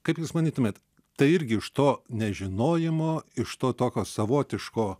kaip jūs manytumėt tai irgi iš to nežinojimo iš to tokio savotiško